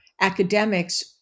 academics